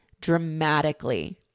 dramatically